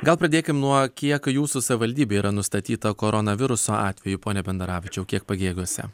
gal pradėkim nuo kiek jūsų savivaldybėje yra nustatyta koronaviruso atveju pone bendaravičiau kiek pagėgiuose